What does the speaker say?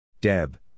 Deb